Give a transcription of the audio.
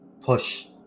push